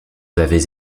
avez